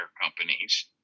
companies